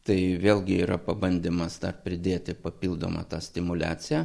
tai vėlgi yra pabandymas dar pridėti papildomą tą stimuliaciją